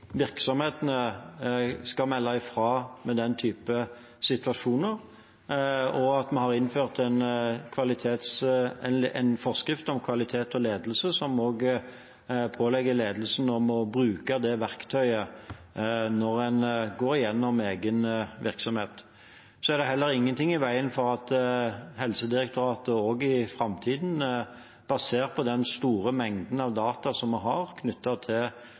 skal melde fra ved den typen situasjoner, og ved at vi har innført en forskrift om kvalitet og ledelse som pålegger ledelsen å bruke det verktøyet når en går igjennom egen virksomhet. Det er heller ingen ting i veien for at Helsedirektoratet, basert på den store mengden data vi har knyttet til